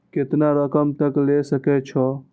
केतना रकम तक ले सके छै?